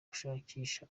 gushakisha